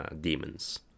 demons